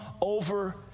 over